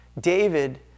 David